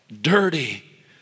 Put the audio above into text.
dirty